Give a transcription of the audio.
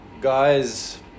Guy's